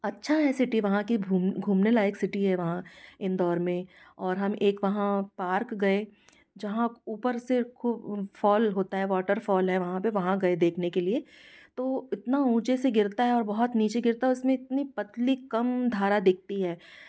अच्छा है सिटी वहाँ की घुमने लायक सिटी है वहाँ इंदौर में और हम एक वहाँ पार्क गए जहाँ ऊपर से फॉल होता है वॉटरफॉल है वहाँ पर वहाँ गए देखने के लिए तो इतना ऊँचे से गिरता है और बहुत नीचे गिरता है उसमें इतनी पतली कम धारा दिखती है